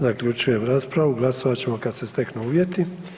Zaključujem raspravu, glasovat ćemo kada se steknu uvjeti.